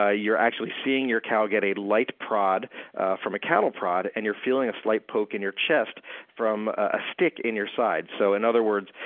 you're actually seeing your cow get a light prod from a cattle prod, and you're feeling a slight poke in your chest from a stick in your side. so in other words,